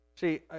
See